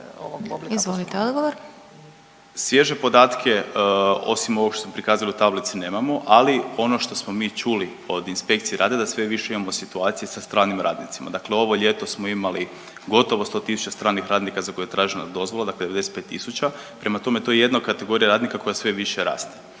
**Vidiš, Ivan** Svježe podatke osim ovog što smo prikazali u tablici nemamo, ali ono što smo mi čuli od inspekcije rada da sve više imamo situacije sa stranim radnicima, dakle ovo ljeto smo imali gotovo 100 tisuća stranih radnika za koje je tražena dozvola, dakle 95 tisuća, prema tome to je jedina kategorija radnika koja sve više raste